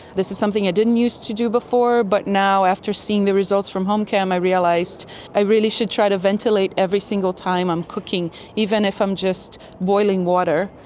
this is something i didn't used to do before, but now after seeing the results from homechem i realised i really should try to ventilate every single time i'm cooking, even if i'm just boiling water.